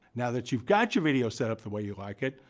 now that you've got your video setup the way you like it,